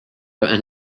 and